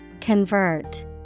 Convert